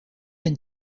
been